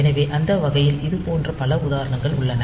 எனவே அந்த வகையில் இதுபோன்ற பல உதாரணங்கள் உள்ளன